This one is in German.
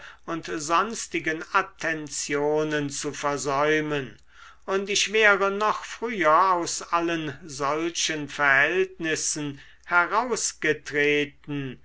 und sonstigen attentionen zu versäumen und ich wäre noch früher aus allen solchen verhältnissen herausgetreten